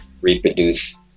reproduce